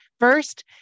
First